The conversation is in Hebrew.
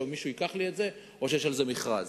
שמישהו ייקח לי אותו או שיש עליו מכרז?